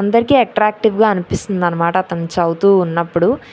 అందరికి అట్రాక్టివ్గా అనిపిస్తుంది అన్నమాట అతను చదువుతు ఉన్నప్పుడు